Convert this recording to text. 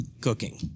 cooking